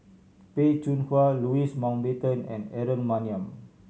Peh Chin Hua Louis Mountbatten and Aaron Maniam